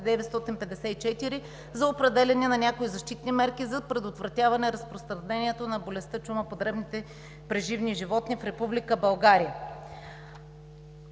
за определяне на някои защитни мерки за предотвратяване разпространението на болестта чума по дребните преживни животни в Република България.